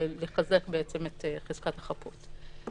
לחזק בעצם את חזקת החפות.